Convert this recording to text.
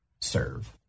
serve